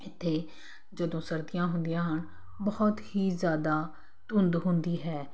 ਇੱਥੇ ਜਦੋਂ ਸਰਦੀਆਂ ਹੁੰਦੀਆਂ ਹਨ ਬਹੁਤ ਹੀ ਜ਼ਿਆਦਾ ਧੁੰਦ ਹੁੰਦੀ ਹੈ